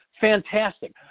fantastic